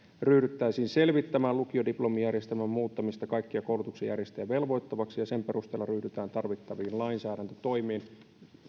ryhdytään selvittämään lukiodiplomijärjestelmän muuttamista kaikkia koulutuksen järjestäjiä velvoittavaksi ja sen perusteella ryhdytään tarvittaviin lainsäädäntötoimiin